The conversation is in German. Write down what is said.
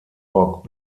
rock